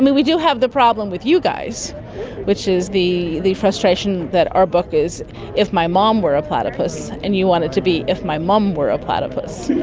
we we do have the problem with you guys which is the the frustration that our book is if my mom were a platypus and you want it to be if my mum were a platypus.